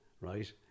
right